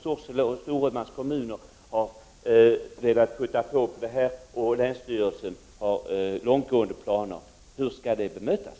Sorsele kommun och Storumans kommun har velat trycka på, och länsstyrelsen har långtgående planer. Hur skall alltså allt detta bemötas?